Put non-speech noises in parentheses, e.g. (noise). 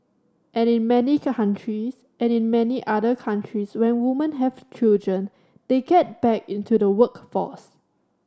and in many (unintelligible) countries and in many other countries when women have children they get back into the workforce